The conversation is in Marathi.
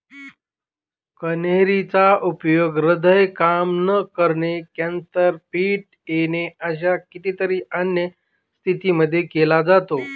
कन्हेरी चा उपयोग हृदय काम न करणे, कॅन्सर, फिट येणे अशा कितीतरी अन्य स्थितींमध्ये केला जातो